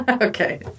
Okay